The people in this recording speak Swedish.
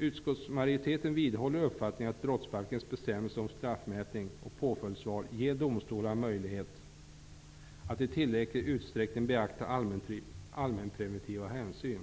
Utskottsmajoriteten vidhåller uppfattningen att brottsbalkens bestämmelser om straffmätning och påföljdsval ger domstolarna möjlighet att i tillräcklig utsträckning beakta allmänpreventiva hänsyn.